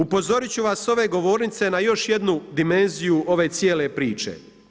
Upozorit ću vas s ove govornice na još jednu dimenziju ove cijele priče.